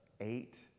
eight